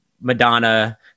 Madonna